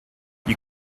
you